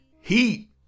Heat